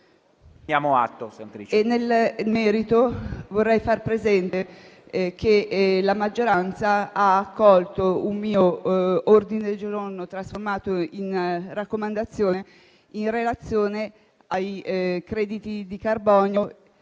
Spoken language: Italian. nel merito vorrei far presente che la maggioranza ha accolto un mio ordine del giorno, poi accolto come raccomandazione, in relazione ai crediti di carbonio